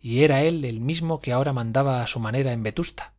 y era él el mismo que ahora mandaba a su manera en vetusta